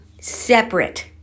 separate